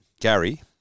Gary